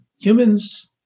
humans